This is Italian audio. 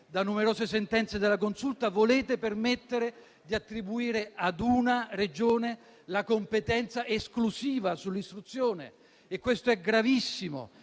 da numerose sentenze della Consulta, volete permettere di attribuire ad una Regione la competenza esclusiva sull'istruzione. E questo è gravissimo,